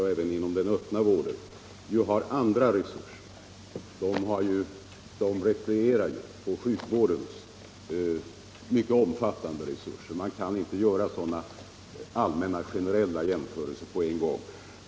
och inom den öppna vården — har andra resurser genom att de replierar på den offentliga sjukvårdens mycket omfattande resurser. Man kan därför inte göra sådana generella jämförelser.